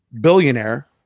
billionaire